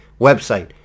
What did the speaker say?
website